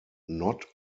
not